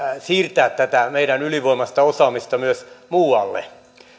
siirtää tätä meidän ylivoimaista osaamistamme myös muualle